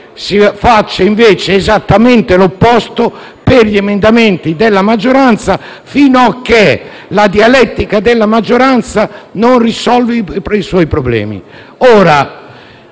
si faccia invece esattamente l'opposto per gli emendamenti della maggioranza, fino a che la dialettica della maggioranza non risolve i suoi problemi.